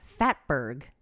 fatberg